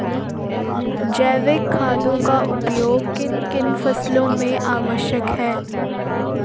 जैविक खादों का उपयोग किन किन फसलों में आवश्यक है?